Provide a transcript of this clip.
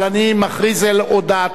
אבל אני מכריז על הודעתו.